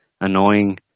annoying